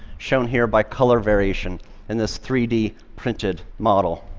shown here by color variation in this three d printed model.